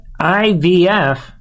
IVF